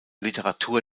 literatur